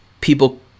people